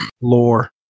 lore